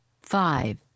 five